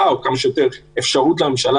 זה לא צריך להיות עניין מאוד ארוך,